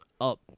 up